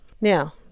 Now